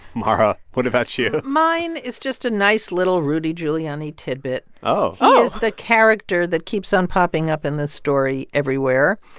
mara, what about you? mine is just a nice, little rudy giuliani tidbit oh oh he is the character that keeps on popping up in this story everywhere.